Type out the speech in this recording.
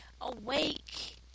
awake